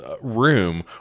room